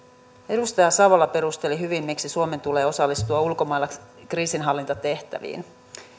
edustaja savola perusteli hyvin miksi suomen tulee osallistua ulkomailla kriisinhallintatehtäviin